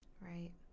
right